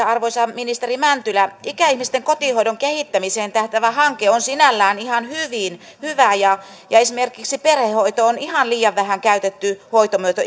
arvoisa ministeri mäntylä ikäihmisten kotihoidon kehittämiseen tähtäävä hanke on sinällään ihan hyvä ja ja esimerkiksi perhehoito on ihan liian vähän käytetty hoitomuoto